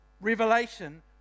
revelation